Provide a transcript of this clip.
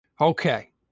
Okay